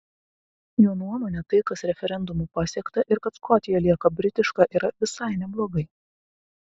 jo nuomone tai kas referendumu pasiekta ir kad škotija lieka britiška yra visai neblogai